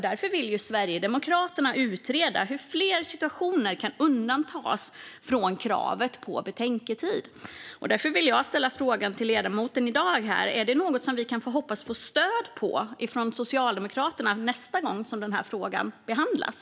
Därför vill Sverigedemokraterna utreda hur fler situationer kan undantas från kravet på betänketid. Jag vill fråga ledamoten här i dag: Är detta något som vi kan hoppas få stöd för från Socialdemokraterna nästa gång som frågan behandlas?